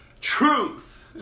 truth